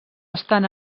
estan